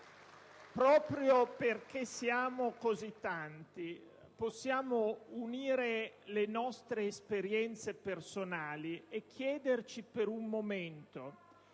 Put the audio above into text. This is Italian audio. proprio perché siamo così tanti possiamo confrontare le nostre esperienze personali e chiederci per un momento